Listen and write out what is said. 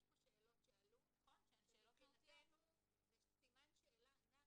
יש פה שאלות שעלו שמבחינתנו זה סימן שאלה ענק.